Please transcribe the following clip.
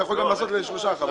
אתה יכול לעשות גם לשלוש חברות.